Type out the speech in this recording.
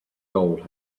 gold